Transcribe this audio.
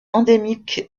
endémique